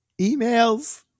Emails